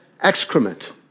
excrement